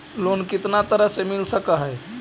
Loan कितना तरह से मिल सक है?